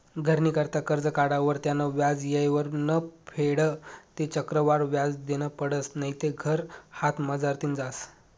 घरनी करता करजं काढावर त्यानं व्याज येयवर नै फेडं ते चक्रवाढ व्याज देनं पडसं नैते घर हातमझारतीन जास